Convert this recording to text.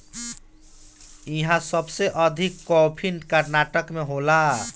इहा सबसे अधिका कॉफ़ी कर्नाटक में होला